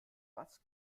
was